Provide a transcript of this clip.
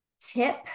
tip